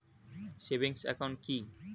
Savings account কি?